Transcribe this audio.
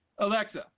Alexa